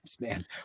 man